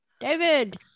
david